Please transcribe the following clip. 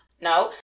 no